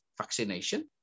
vaccination